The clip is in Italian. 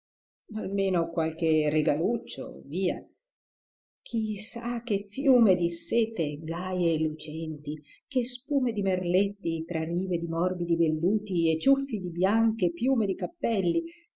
almeno qualche regaluccio via chi sa che fiume di sete gaje e lucenti che spume di merletti tra rive di morbidi velluti e ciuffi di bianche piume di cappelli